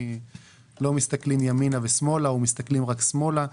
לא מסתכלים ימינה ושמאלה ומסתכלים רק שמאלה.